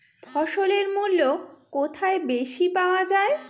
ফসলের মূল্য কোথায় বেশি পাওয়া যায়?